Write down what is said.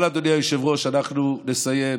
אבל אדוני היושב-ראש, אנחנו נסיים,